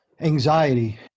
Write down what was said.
anxiety